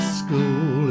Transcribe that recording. school